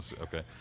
Okay